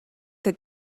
that